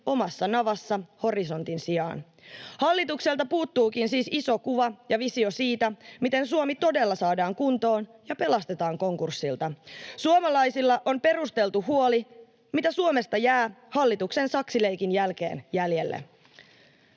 omassa navassa horisontin sijaan. Hallitukselta puuttuukin siis iso kuva ja visio siitä, miten Suomi todella saadaan kuntoon ja pelastetaan konkurssilta. Suomalaisilla on perusteltu huoli, mitä Suomesta jää hallituksen saksileikin jälkeen jäljelle.